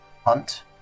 hunt